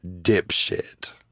dipshit